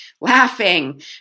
laughing